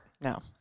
No